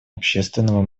общественного